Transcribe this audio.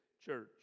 church